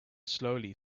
slowly